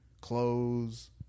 clothes